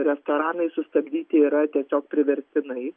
restoranai sustabdyti yra tiesiog priverstinai